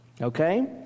Okay